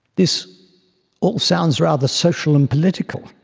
this all sounds rather social and political.